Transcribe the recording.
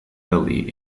early